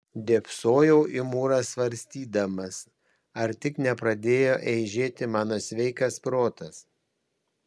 dėbsojau į mūrą svarstydamas ar tik nepradėjo eižėti mano sveikas protas